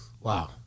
Wow